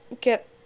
get